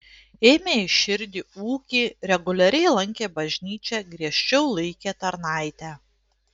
ėmė į širdį ūkį reguliariai lankė bažnyčią griežčiau laikė tarnaitę